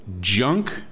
junk